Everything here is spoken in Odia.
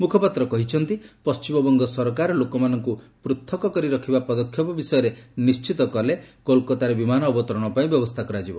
ମୁଖପାତ୍ର କହିଛନ୍ତି ପଶ୍ଚିମବଙ୍ଗ ସରକାର ଲୋକମାନଙ୍କୁ ପୃଥକ କରି ରଖିବା ପଦକ୍ଷେପ ବିଷୟରେ ନିଶ୍ଚିତ କରିଲେ କୋଲକାତାରେ ବିମାନ ଅବତରଣ ପାଇଁ ବ୍ୟବସ୍ଥା କରାଯିବ